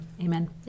Amen